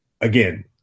again